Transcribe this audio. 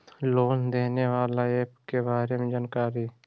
Loan देने बाला app के बारे मे जानकारी?